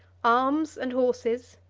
arms and horses,